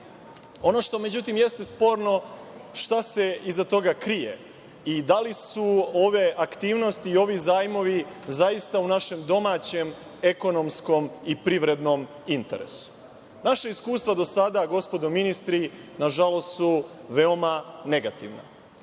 ono što jeste sporno je šta se iza toga krije i da li su ove aktivnosti i ovi zajmovi zaista u našem domaćem ekonomskom i privrednom interesu? Naša iskustva do sada, gospodo ministri, nažalost su veoma negativna.